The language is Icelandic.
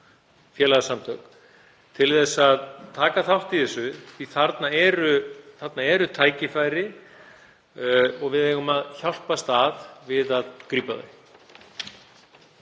félagasamtök til að taka þátt í þessu átaki því þarna eru tækifæri og við eigum að hjálpast að við að grípa þau.